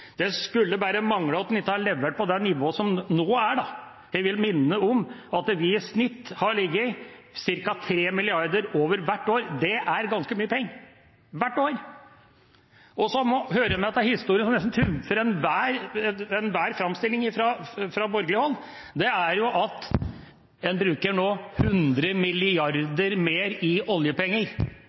Det skulle bare mangle at en ikke hadde levert på det nivået som er nå. Jeg vil minne om at vi i snitt har ligget ca. 3 mrd. kr over hvert år. Det er ganske mye penger – hvert år. Det som også hører med til historien, og nesten trumfer enhver framstilling fra borgerlig hold, er at en nå bruker 100 mrd. kr mer oljepenger.